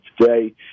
today